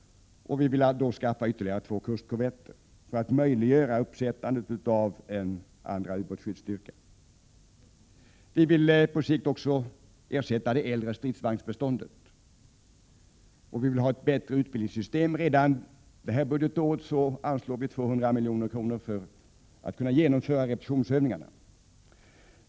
Vi vill då skaffa ytterligare två kustkorvetter för att möjliggöra uppsättandet av en andra ubåtsskyddsstyrka. Vi vill på sikt också ersätta det äldre stridsvagnsbeståndet. Och vi vill ha ett bättre utbildningssystem. Redan detta budgetår vill vi anslå 200 milj.kr. för att kunna genomföra repetitionsövningarna.